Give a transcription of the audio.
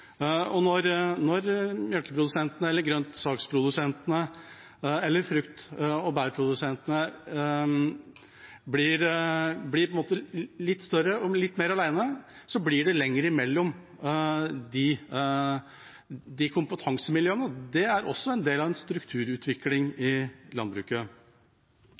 Når melkeprodusentene, grønnsaksprodusentene eller frukt- og bærprodusentene blir litt større og litt mer alene, blir det lenger mellom de kompetansemiljøene. Det er også en del av strukturutviklingen i landbruket. Det skjer masse spennende på teknologisida, med presisjonslandbruk, med elektrifiseringen som er på tur inn, og en tar i